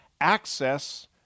Access